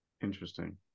Interesting